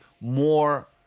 more